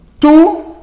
Two